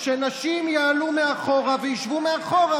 שנשים יעלו מאחור וישבו מאחור,